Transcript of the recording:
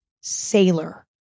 sailor